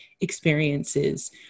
experiences